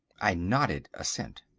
i nodded assent.